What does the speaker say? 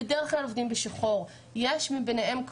הם בדרך כלל עובדים בשחור.